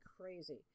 crazy